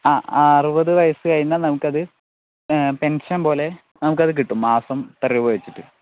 ആ അറുപത് വയസ് കഴിഞ്ഞാൽ നമുക്കത് പെൻഷൻ പോലെ നമുക്കത് കിട്ടും മാസം ഇത്ര രൂപ വെച്ചിട്ട്